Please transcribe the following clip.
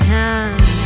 time